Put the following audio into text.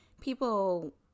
people